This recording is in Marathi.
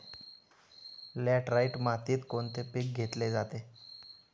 लॅटराइट मातीत कोणते पीक घेतले जाते?